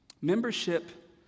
Membership